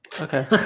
okay